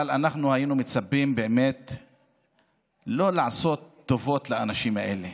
אבל אנחנו היינו מצפים לא לעשות טובות לאנשים האלה.